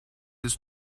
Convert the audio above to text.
ist